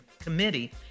Committee